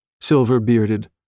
silver-bearded